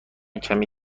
کمی